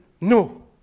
no